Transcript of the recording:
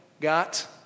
got